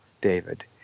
David